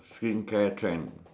skincare trend